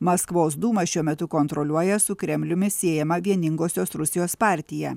maskvos dūmą šiuo metu kontroliuoja su kremliumi siejama vieningosios rusijos partija